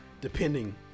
depending